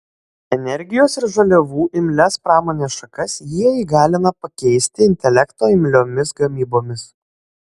energijos ir žaliavų imlias pramonės šakas jie įgalina pakeisti intelekto imliomis gamybomis